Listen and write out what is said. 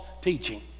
teaching